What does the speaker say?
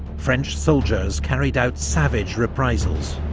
french soldiers carried out savage reprisals.